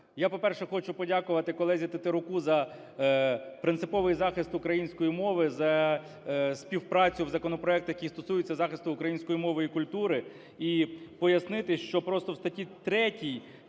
Я, по-перше, хочу подякувати колезі Тетеруку за принциповий захист української мови, за співпрацю в законопроекті, який стосується захисту української мови і культури. І пояснити, що просто в статті 3